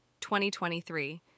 2023